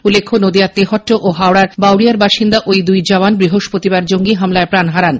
উল্লেখ্য নদীয়ার তেহট্ট ও হাওড়ার বাউরিয়ার বাসিন্দা ঐ দুই জওয়ান বৃহস্পতিবার জঙ্গী হামলায় প্রাণ হারান